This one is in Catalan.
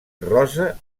rosa